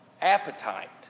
Appetite